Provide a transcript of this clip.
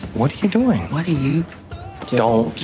what are you doing? what do you do? you know